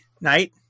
night